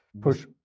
push